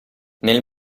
nel